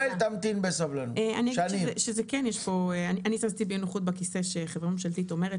אני זזתי באי נוחות בכיסא שחברה ממשלתית אומרת